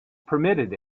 permitted